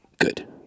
good